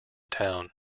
town